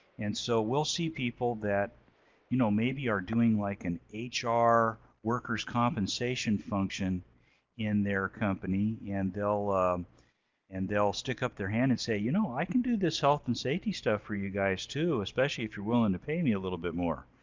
and so we'll see people that you know maybe are doing like an hr worker's compensation function in their company, and they'll and they'll stick up their hand and say, you know i can do this health and safety stuff for you guys, too, especially if you're willing to pay me a little bit more.